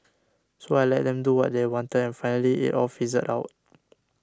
so I let them do what they wanted and finally it all fizzled out